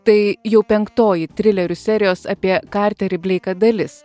tai jau penktoji trilerių serijos apie karterį bleiką dalis